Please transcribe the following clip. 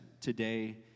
today